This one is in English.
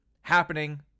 happening